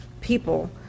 people